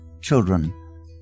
Children